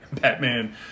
Batman